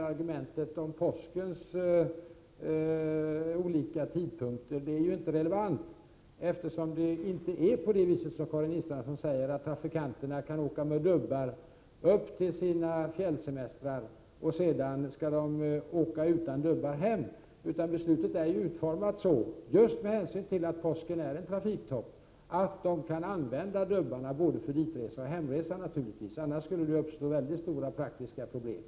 Argumentet om de olika tidpunkterna för påsken är ju inte relevant, eftersom det inte är som Karin Israelsson säger — att trafikanterna kan åka till sina fjällsemestrar med dubbar men sedan måste åka hem utan dubbar. Just med hänsyn till att påsken innebär en trafiktopp är beslutet utformat så att dubbar kan användas under både ditresan och hemresan, för annars skulle det uppstå mycket stora praktiska problem.